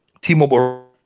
T-Mobile